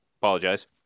apologize